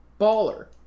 Baller